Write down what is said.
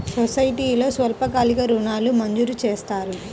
సొసైటీలో స్వల్పకాలిక ఋణాలు మంజూరు చేస్తారా?